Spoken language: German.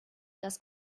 das